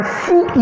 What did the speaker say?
see